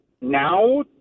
now